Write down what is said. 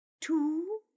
Two